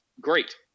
great